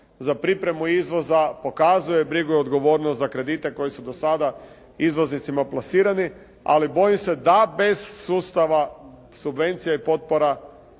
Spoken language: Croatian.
za pripremu izvoza, pokazuje brigu i odgovornost za kredite koji su do sada izvoznicima plasirani, ali bojim se da bez sustava subvencije i potpora